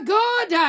good